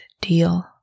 deal